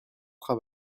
sans